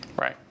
Right